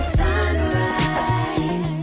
sunrise